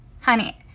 honey